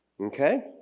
okay